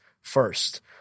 first